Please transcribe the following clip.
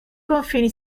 confini